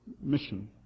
mission